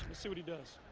see what he does.